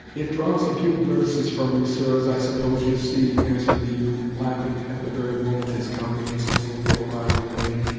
it draws a few grimaces from me, sir, as i suppose you see, answered the youth, laughing at the very moment his countenance was a little awry with pain.